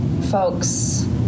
folks